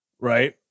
right